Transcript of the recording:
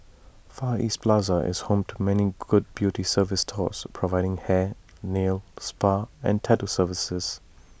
far east plaza is home to many good beauty service stores providing hair nail spa and tattoo services